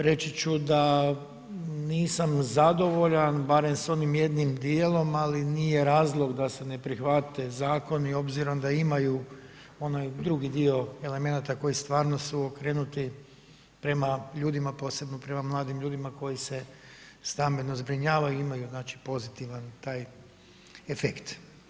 Reći ću da nisam zadovoljan, barem s onim jednom dijelom, ali nije razlog da se ne prihvate zakoni obzirom da imaju onaj drugi dio elemenata koji stvarno su okrenuti prema ljudima, posebno prema mladim ljudima koji se stambeno zbrinjavaju i imaju znači pozitivan taj efekt.